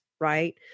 right